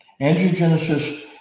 Angiogenesis